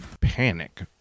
panic